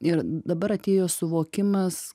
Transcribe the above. ir dabar atėjo suvokimas